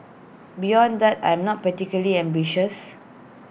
beyond that I'm not particularly ambitious